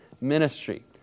ministry